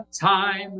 time